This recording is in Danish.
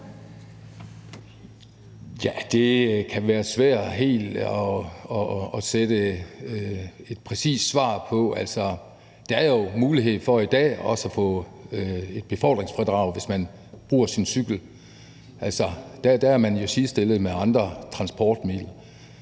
Tja, det kan være svært helt at sætte et præcist svar på det, og der er jo mulighed for i dag også at få et befordringsfradrag, hvis man bruger sin cykel. Der er man jo sidestillet med brugere af andre transportmidler.